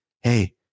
Hey